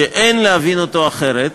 שאין להבין אותו אחרת